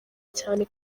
cyane